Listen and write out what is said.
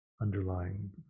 underlying